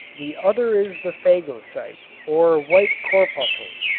the other is the phagocytes or white corpuscles,